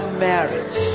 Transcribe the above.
marriage